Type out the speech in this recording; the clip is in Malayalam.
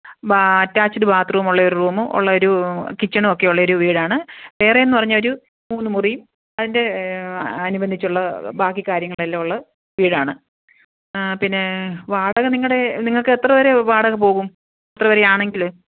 അറ്റാച്ച്ഡ് ബാത്രൂമും ഉള്ള ഒരു റൂമും ഉള്ള ഒരു കിച്ചണും ഒക്കെ ഉള്ള ഒരു വീടാണ് വേറെ എന്ന് പറഞ്ഞാൽ ഒരു മൂന്ന് മുറിയും അതിന്റെ അനുബന്ധിച്ചുള്ള ബാക്കി കാര്യങ്ങളെല്ലാം ഉള്ള വീടാണ് പിന്നെ വാടക നിങ്ങളുടെ നിങ്ങൾക്ക് എത്രവരെ വാടക പോകും എത്രവരെ ആണെങ്കിൽ